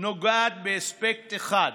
נוגעת לאספקט אחד,